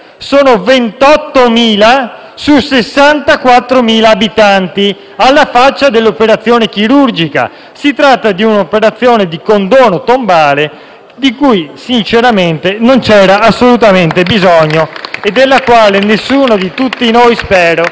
su 64.000 abitanti: alla faccia dell'operazione chirurgica! Si tratta di un'operazione di condono tombale di cui sinceramente non c'era assolutamente bisogno e della quale nessuno di noi - spero - aveva alcuna nostalgia.